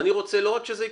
ולא רק שזה יקרה,